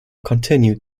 continued